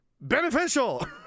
beneficial